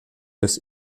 des